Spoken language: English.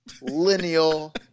Lineal